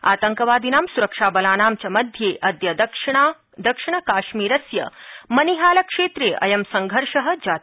आतङ्कवादिनां सुरक्षाबलानां च मध्ये अद्य दक्षिणकाश्मीरस्य मनिहालक्षेत्रे अयं सङ्घर्षः जातः